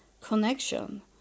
connection